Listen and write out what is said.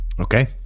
Okay